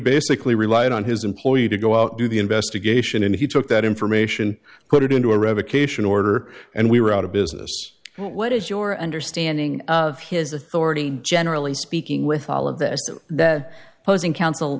basically relied on his employer to go out do the investigation and he took that information put it into a revocation order and we were out of business what is your understanding of his authority generally speaking with all of this that posing coun